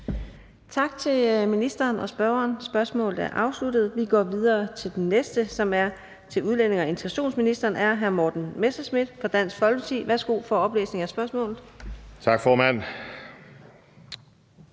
Tak til ministeren og spørgeren. Spørgsmålet er afsluttet. Vi går videre til det næste spørgsmål til udlændinge- og integrationsministeren af hr. Morten Messerschmidt fra Dansk Folkeparti. Kl. 13:56 Spm. nr. S 458 8) Til udlændinge-